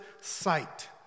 sight